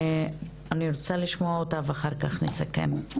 אני רוצה לשמוע אותה ואחר כך נסכם.